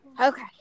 Okay